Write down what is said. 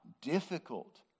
difficult